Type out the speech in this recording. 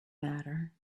matter